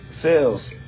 sales